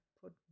put